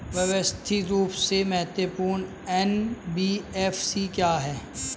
व्यवस्थित रूप से महत्वपूर्ण एन.बी.एफ.सी क्या हैं?